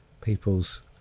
people's